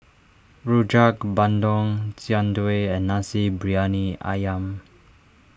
Rojak Bandung Jian Dui and Nasi Briyani Ayam